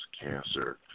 cancer